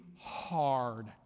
hard